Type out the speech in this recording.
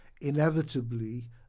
Inevitably